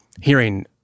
hearing